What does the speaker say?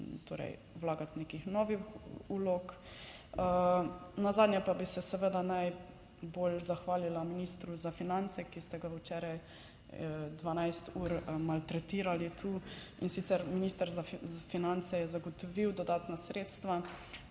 vlagati nekih novih vlog. Nazadnje pa bi se seveda najbolj zahvalila ministru za finance, ki ste ga včeraj 12 ur maltretirali tu. In sicer, minister za finance je zagotovil dodatna sredstva,